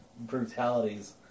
brutalities